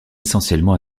essentiellement